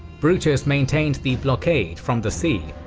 brutus maintained the blockade from the sea,